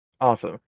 Awesome